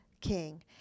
king